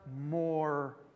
more